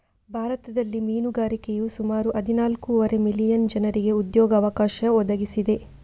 ಭಾರತದಲ್ಲಿ ಮೀನುಗಾರಿಕೆಯು ಸುಮಾರು ಹದಿನಾಲ್ಕೂವರೆ ಮಿಲಿಯನ್ ಜನರಿಗೆ ಉದ್ಯೋಗ ಅವಕಾಶ ಒದಗಿಸಿದೆ